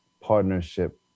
partnership